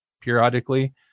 periodically